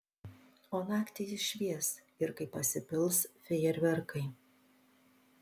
o naktį jis švies ir kai pasipils fejerverkai